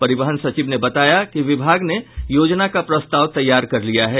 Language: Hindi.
परिवहन सचिव ने बताया कि विभाग ने योजना का प्रस्ताव तैयार कर लिया है